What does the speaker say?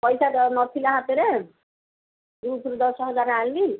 ପଇସା ନଥିଲା ହାତରେ ଗ୍ରୁପ୍ରୁ ଦଶ ହଜାର ଆଣିଲି